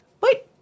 Wait